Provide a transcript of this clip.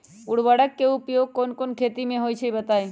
उर्वरक के उपयोग कौन कौन खेती मे होई छई बताई?